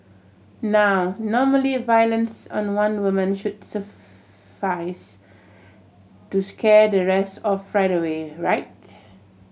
now normally violence on one woman should suffice to scare the rest off right away right